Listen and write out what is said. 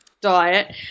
diet